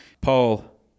Paul